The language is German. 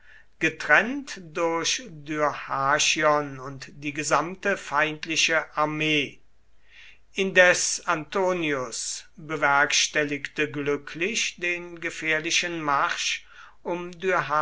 getrennt durch dyrrhachion und die gesamte feindliche armee indes antonius bewerkstelligte glücklich den gefährlichen marsch um